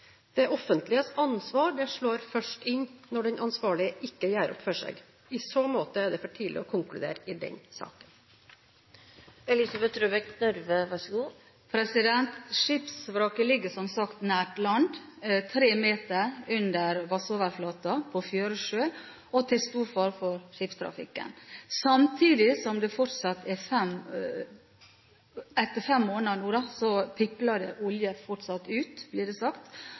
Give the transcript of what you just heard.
Det offentliges ansvar slår først inn når den ansvarlige ikke gjør opp for seg. I så måte er det for tidlig å konkludere i den saken. Skipsvraket ligger, som sagt, nær land, tre meter under vannoverflaten, på fjære sjø og til stor fare for skipstrafikken, samtidig som det nå, etter fem måneder, fortsatt pipler ut olje, blir det sagt.